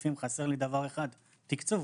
הסעיפים חסר לי דבר אחד תקצוב.